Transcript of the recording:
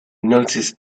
noticed